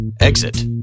exit